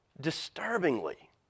disturbingly